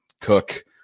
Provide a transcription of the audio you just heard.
Cook